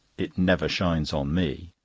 it never shines on me.